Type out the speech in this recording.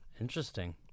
Interesting